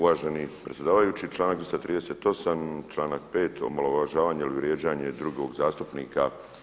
Uvaženi predsjedavajući, članak 238., članak 5. omalovažavanje ili vrijeđanje drugog zastupnika.